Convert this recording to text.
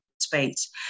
Space